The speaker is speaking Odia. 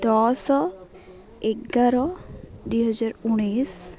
ଦଶ ଏଗାର ଦୁଇହଜାର ଉଣେଇଶ